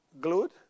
glued